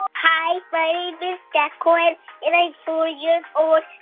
ah hi, my name is jack cohen, and i'm four years old.